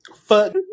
Fuck